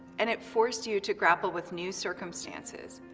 and it forced you to grapple with new circumstances,